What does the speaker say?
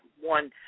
one